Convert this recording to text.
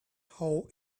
hole